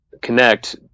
connect